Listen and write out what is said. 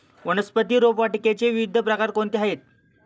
वनस्पती रोपवाटिकेचे विविध प्रकार कोणते आहेत?